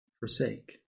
forsake